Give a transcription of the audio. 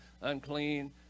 unclean